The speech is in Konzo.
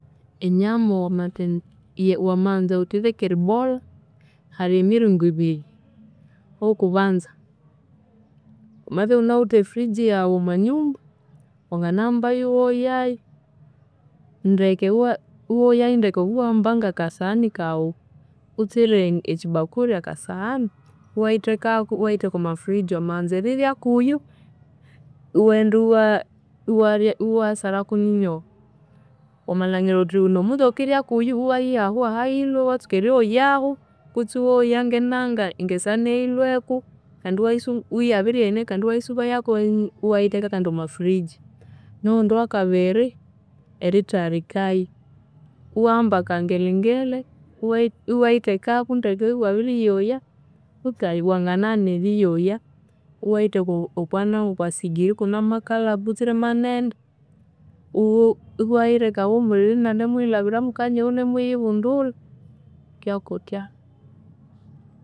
Enyama wamathendi wamanza ghuthi yirikeriibolha, hali emiringo ebiri. Owokubanza, wamabya ighunawithe efiriji yaghu omwanyumba, wanginahambayu iwoyayu ndeke, iwo- iwoyayu ndeke obo iwahamba ngakasahani kaghu, butsira ekyibakuli akasahani, iwayathekaku, iwayathekayu omwafiriji, wamanza eriryakuyu iwaghenda iwa iwayasaraku nyinyoho. Wamalhangilha ghuthi nomunja ghukirya kuyo iwaha ahu ahayilhwe, iwatsuka eryoyahu, kwitsi iwoya ngenanga ngesawani eyayilhweku kandi iwayisu iweya iyabirihenia kandi iwayisubayaku kandi iwayitheka omwafiriji. Noghundi owakabiri, erithalikayu. Iwahamba akangelengele, iwayithakaku ndeke iwabiryoyayu kutse wanginaghana eriyoya, iwathekayu okwasigiri ikune amakalha butsira manene. Iwoo iwayitheka ahu kanyoho omuliro inanimuyilhabiramu ighunimuyibundulha, kutyakutya.